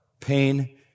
pain